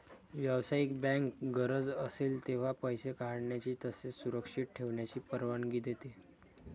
व्यावसायिक बँक गरज असेल तेव्हा पैसे काढण्याची तसेच सुरक्षित ठेवण्याची परवानगी देते